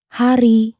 hari